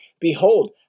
Behold